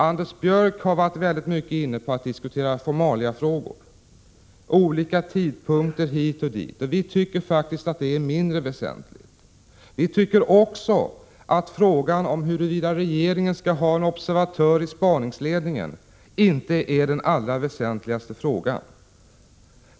Anders Björck har varit väldigt mycket inne på att diskutera formaliafrågor och olika tidpunkter hit och dit. Vi tycker faktiskt att det är mindre väsentligt. Vi anser också att frågan om huruvida regeringen skulle ha en observatör i spaningsledningen inte är den allra väsentligaste frågan.